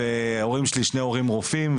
יש לי שני הורים רופאים,